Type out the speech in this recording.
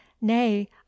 nay